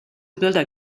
bilder